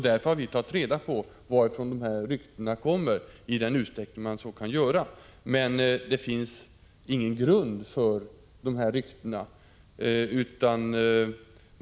Därför har vi tagit reda på varifrån dessa rykten kommer, i den utsträckning man så kan göra. Men det finns ingen grund för dessa rykten.